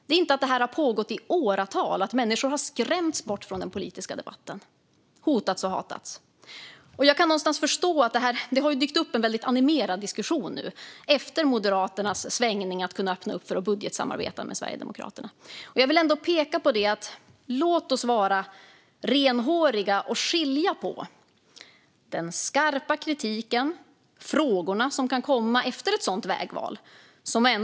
Det är inte att detta har pågått i åratal och att människor har skrämts bort från den politiska debatten, hotats och hatats. Jag kan någonstans förstå det. Det har ju dykt upp en väldigt animerad diskussion efter Moderaternas svängning att öppna för att budgetsamarbeta med Sverigedemokraterna. Jag vill ändå peka på det: Låt oss vara renhåriga och skilja det vi nu pratar om från den skarpa kritik och de frågor som kan komma efter ett sådant vägval.